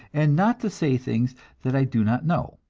and not to say things that i do not know.